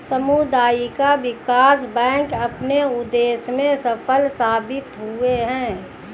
सामुदायिक विकास बैंक अपने उद्देश्य में सफल साबित हुए हैं